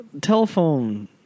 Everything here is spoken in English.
telephone